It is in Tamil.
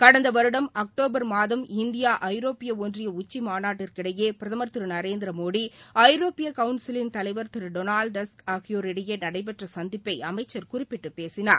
கடந்த வருடம் அக்டோபர் மாதம் இந்தியா ஐரோப்பிய ஒன்றிய உச்சி மாநாட்டிற்கிடையே பிரதமர் திரு நரேந்திரமோடி ஐரோப்பிய கவுன்சிலின் தலைவர் திரு டொனாவ்டு டஸ்க் ஆகியோரிடையே நடைபெற்ற சந்திப்பை அமைச்சர் குறிப்பிட்டுப் பேசினார்